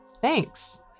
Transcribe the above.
thanks